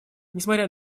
несмотря